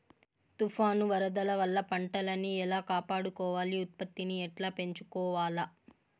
తుఫాను, వరదల వల్ల పంటలని ఎలా కాపాడుకోవాలి, ఉత్పత్తిని ఎట్లా పెంచుకోవాల?